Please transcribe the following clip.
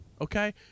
okay